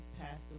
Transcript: passed